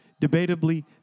debatably